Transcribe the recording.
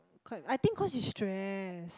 quite I think cause she stress